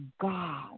God